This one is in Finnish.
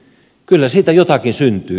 kyllä siitä jotakin syntyy